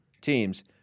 teams